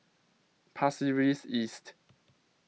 Pasir Ris East